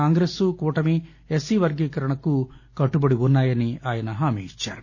కాంగ్రెస్ కూటమి ఎస్పీ వర్గీకరణకు కట్లుబడి ఉన్నా యని ఆయన హామీ ఇచ్చారు